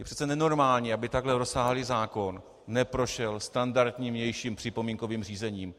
Je přece nenormální, aby takhle rozsáhlý zákon neprošel standardním vnějším připomínkovým řízením.